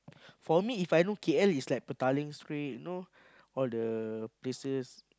for me If I know K_L is like Petaling street you know all the places